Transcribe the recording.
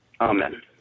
amen